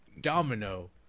domino